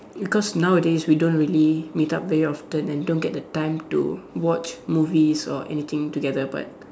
because nowadays we don't really meet up very often and don't get the time to watch movies or anything together but